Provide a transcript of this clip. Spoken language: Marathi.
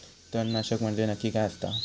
तणनाशक म्हंजे नक्की काय असता?